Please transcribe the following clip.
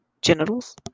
genitals